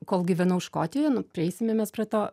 kol gyvenau škotijoj nu prieisime mes prie to